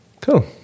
Cool